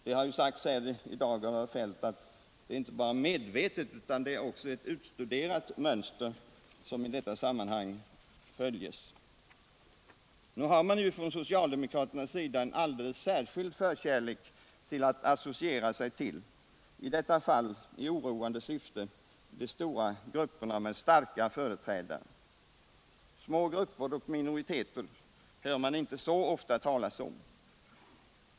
Herr Feldt har i dag sagt att det inte bara är medvetet utan att det sker efter ett utstuderat mönster. Från socialdemokraternas sida har man en alldeles särskild förkärlek för att associera sig, i detta fall i oroande syfte, med de stora grupperna som har starka företrädare. Små grupper och minoriteter hör man inte så ofta talas om.